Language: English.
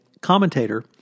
commentator